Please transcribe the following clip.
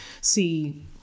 see